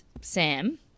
Sam